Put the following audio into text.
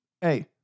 Hey